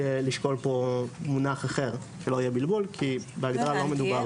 לשקול פה מונח אחר שלא יהיה בלבול כי בהגדרה לא מדובר